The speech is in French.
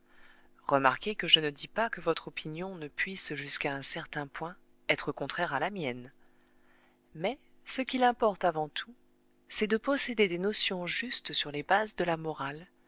remarquez que je ne dis pas que votre opinion ne puisse jusqu'à un certain point être contraire à la mienne mais ce qu'il importe avant tout c'est de posséder des notions justes sur les bases de la morale